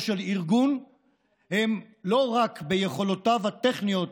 של ארגון הם לא רק ביכולותיו הטכניות,